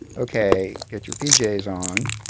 ok, get your pjs on.